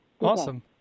awesome